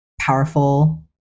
powerful